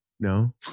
No